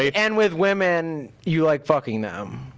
and with women, you like fucking them.